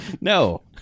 No